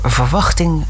verwachting